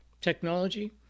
technology